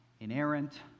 inerrant